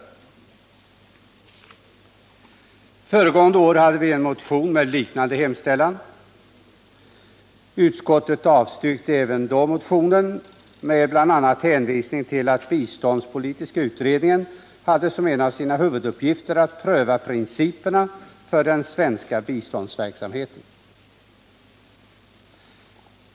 Föregående år hade vi en motion med en liknande hemställan. Utskottet avstyrkte även då motionen bl.a. med hänvisning till att biståndspolitiska utredningen hade som en av sina huvuduppgifter att pröva principerna för den svenska biståndsverksamheten.